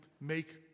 make